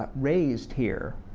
ah raised here